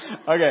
Okay